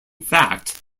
fact